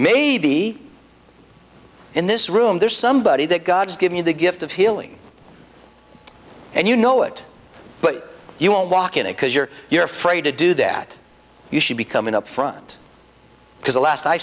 maybe in this room there's somebody that got to give you the gift of healing and you know it but you will walk in it because you're you're free to do that you should be coming up front because the last i